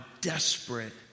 desperate